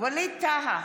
ווליד טאהא,